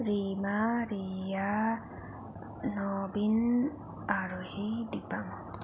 Rima Riya Naveen Aarohi Dipan